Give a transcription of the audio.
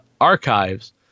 archives